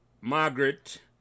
Margaret